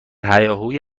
هیاهوی